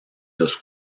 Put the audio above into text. los